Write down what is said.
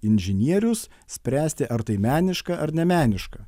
inžinierius spręsti ar tai meniška ar nemeniška